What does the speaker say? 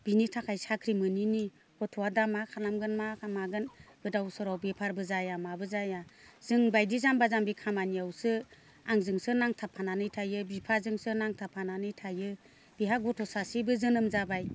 बिनि थाखाय साख्रि मोनैनि गथ'आ दा मा खालामगोन मा मागोन गोदाव सोराव बेफारबो जाया माबो जाया जोंबायदि जाम्बा जाम्बि खामानियावसो आंजोंसो नांथाब फानानै थायो बिफाजोंसो नांथाब फानानै थायो बेहा गथ' सासेबो जोनोम जाबाय